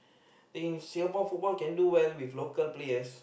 think Singapore football can do well with local players